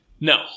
No